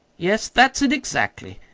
yes, that's it exactly.